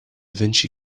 vinci